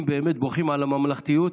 אם באמת בוכים על הממלכתיות,